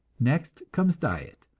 next comes diet.